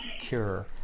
cure